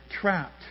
trapped